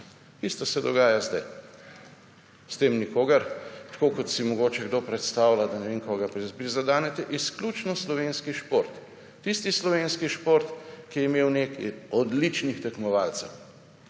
Isto se dogaja zdaj. S tem nikogar, tako kot si mogoče kdo predstavlja, da ne vem koga prizadenete, izključno slovenski šport. Tisti slovenski šport, ki je imel nekaj odličnih tekmovalcev.